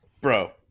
bro